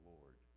Lord